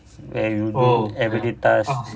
where you go everyday task